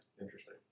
Interesting